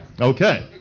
Okay